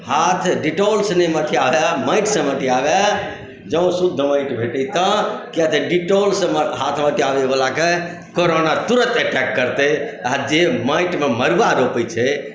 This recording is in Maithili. हाथ डिटौलसँ नहि मटियाबय माटिसँ मटियाबय जँ शुद्ध माटि भेटय तऽ किया तऽ डिटौलसँ हाथ मटियाबयवला के करोना तुरन्त अटैक करतै आ जे माटिमे मड़ुआ रोपैत छै